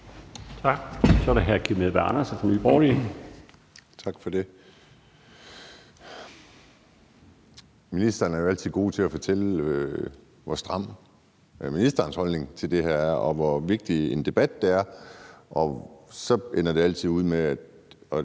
Borgerlige. Kl. 18:14 Kim Edberg Andersen (NB): Tak for det. Ministeren er jo altid god til at fortælle, hvor stram ministerens holdning til det her er, og hvor vigtig en debat det er, og så ender det altid ud med, at